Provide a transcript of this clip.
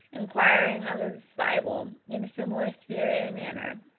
inquiring of his bible in a similar spirit and manner,